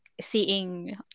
seeing